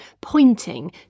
pointing